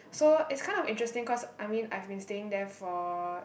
so it's kind of interesting cause I mean I've been staying there for